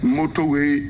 motorway